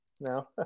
no